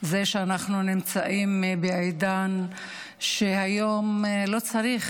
זה שאנחנו נמצאים היום בעידן שבו לא צריך